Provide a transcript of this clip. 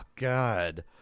God